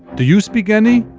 do you speak any?